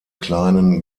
kleinen